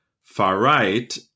far-right